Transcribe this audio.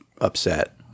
upset